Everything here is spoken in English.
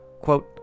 quote